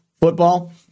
football